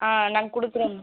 ஆ நாங்கள் கொடுக்குறோம் மேம்